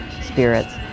spirits